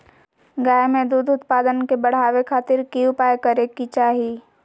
गाय में दूध उत्पादन के बढ़ावे खातिर की उपाय करें कि चाही?